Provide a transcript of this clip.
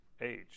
age